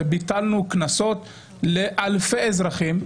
וביטלנו קנסות לאלפי אזרחים.